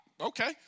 Okay